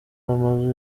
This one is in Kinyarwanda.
amazu